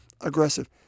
aggressive